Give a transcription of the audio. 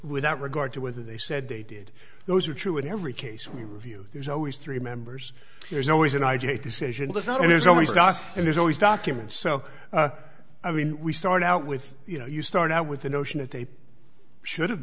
without regard to whether they said they did those are true in every case we review there's always three members there's always an r j decision does not mean there's always and there's always documents so i mean we start out with you know you start out with the notion that they should have